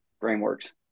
frameworks